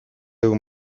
egun